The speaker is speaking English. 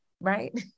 right